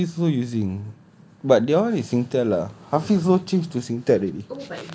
tak tahu hafiz also using but they all is singtel ah hafiz also changed to singtel already